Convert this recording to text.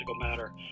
matter